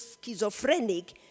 schizophrenic